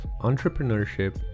entrepreneurship